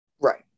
Right